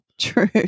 True